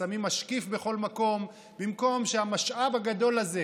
שמים משקיף בכל מקום במקום שהמשאב הגדול הזה,